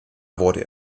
wurde